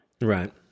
Right